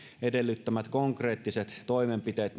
edellyttämät konkreettiset toimenpiteet